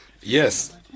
Yes